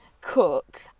cook